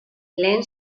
lehen